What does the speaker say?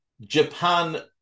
Japan